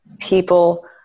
people